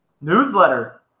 Newsletter